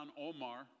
Omar